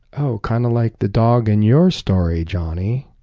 oh, kind of like the dog in your story, johnny.